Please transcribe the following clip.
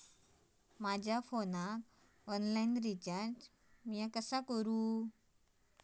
माझ्या फोनाक online recharge कसा करू?